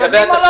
משלמים או לא?